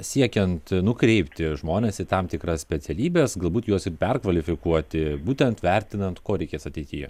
siekiant nukreipti žmones į tam tikras specialybes galbūt juos ir perkvalifikuoti būtent vertinant ko reikės ateityje